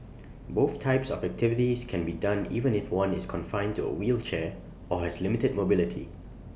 both types of activities can be done even if one is confined to A wheelchair or has limited mobility